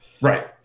right